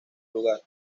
lugar